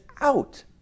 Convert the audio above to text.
out